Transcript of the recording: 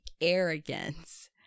arrogance